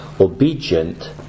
obedient